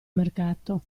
mercato